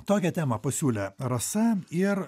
tokią temą pasiūlė rasa ir